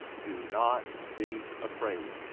do not be afraid.